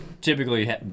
typically